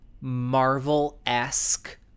Marvel-esque